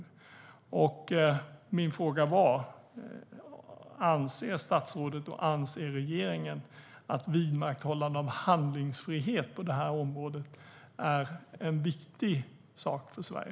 Därför vill jag återigen ställa min fråga: Anser statsrådet och regeringen att vidmakthållande av handlingsfrihet på detta område är viktigt för Sverige?